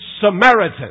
Samaritan